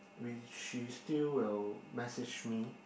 we she still will message me